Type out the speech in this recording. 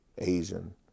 Asian